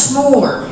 more